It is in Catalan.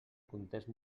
context